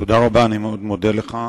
תודה רבה, אני מאוד מודה לך.